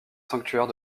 sanctuaire